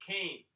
Cain